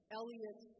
Elliot